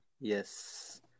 Yes